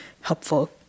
helpful